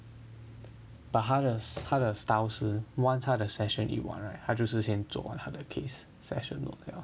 but 她的她的 style 是 once 她的 session 已完 right 她就是先做完她的 case session load 了